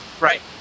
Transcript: Right